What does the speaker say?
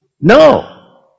No